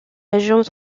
régions